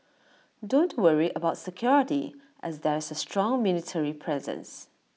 don't worry about security as there's A strong military presence